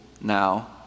now